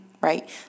right